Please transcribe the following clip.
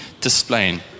displaying